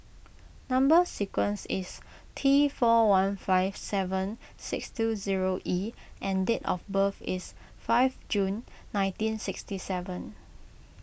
Number Sequence is T four one five seven six two zero E and date of birth is five June nineteen sixty seven